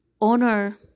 honor